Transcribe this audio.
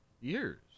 Years